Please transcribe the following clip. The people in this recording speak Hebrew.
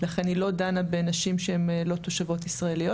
לכן היא לא דנה בנשים שהן לא תושבות ישראליות.